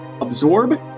absorb